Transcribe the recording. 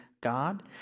God